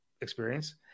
experience